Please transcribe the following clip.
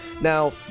Now